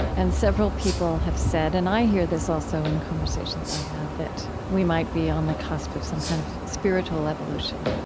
and several people have said, and i hear this, also, in conversations i have, that we might be on the cusp of some kind of spiritual evolution,